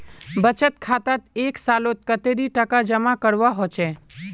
बचत खातात एक सालोत कतेरी टका जमा करवा होचए?